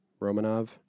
Romanov